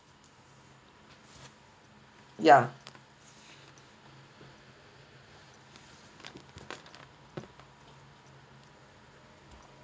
ya